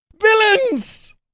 Villains